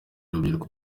urubyiruko